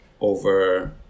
over